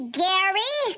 gary